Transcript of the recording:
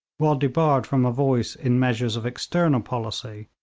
while debarred from a voice in measures of external policy,